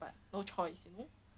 but no choice you know you